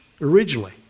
originally